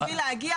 בשביל להגיע,